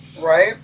Right